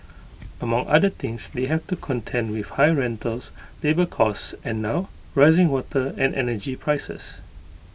among other things they have to contend with high rentals labour costs and now rising water and energy prices